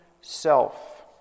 Self